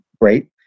great